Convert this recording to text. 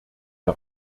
der